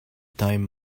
time